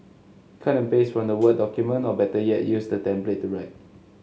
cut and paste from the word document or better yet use the template to write